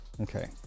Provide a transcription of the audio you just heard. Okay